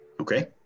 Okay